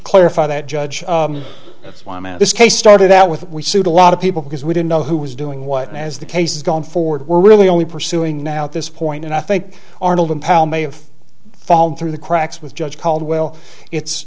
clarify that judge that's why this case started out with we sued a lot of people because we didn't know who was doing what and as the case is going forward we're really only pursuing now at this point and i think arnold impel may have fallen through the cracks with judge caldwell it's